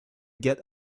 get